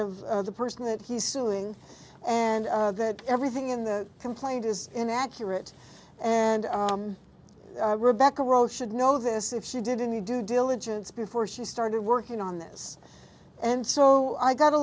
of the person that he's suing and that everything in the complaint is inaccurate and rebecca rose should know this if she did in the due diligence before she started working on this and so i got a